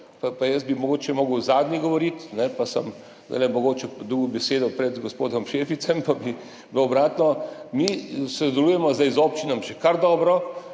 Jaz bi mogoče moral zadnji govoriti, pa sem zdaj mogoče dobil besedo pred gospodom Šeficem, da bi bilo obratno. Mi zdaj sodelujemo z občinami že kar dobro,